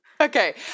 Okay